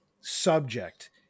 subject